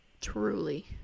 truly